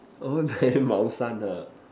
orh very 猫山 ha